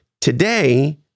today